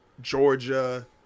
georgia